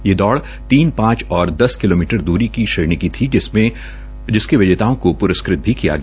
ये दौड़ तीन पांच और दस किलोमीटर द्ररी की श्रेणी की थी जिसके विजेताओं को पुरस्कृत किया गया